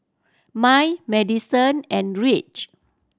Mai Madison and Reece